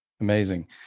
Amazing